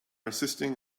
assisting